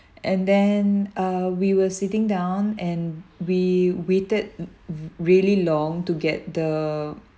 and then uh we were sitting down and we waited really long to get the